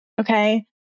Okay